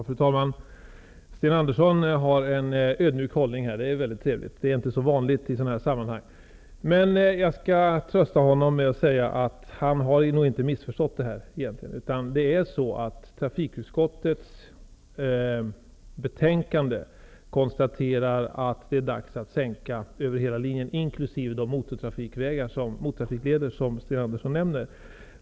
Fru talman! Sten Andersson i Malmö har en ödmjuk hållning, och det är trevligt. Det är inte så vanligt i dessa sammanhang. Jag skall trösta Sten Anderssom med att säga att han inte har missförstått detta. I trafikutskottets betänkande konstaterar man att det är dags att sänka hastigheterna över hela linjen, inkl. på de motortrafikleder som Sten Andersson nämner.